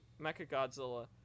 Mechagodzilla